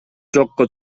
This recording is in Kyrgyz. жокко